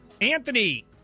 Anthony